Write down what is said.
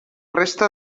resta